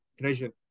treasure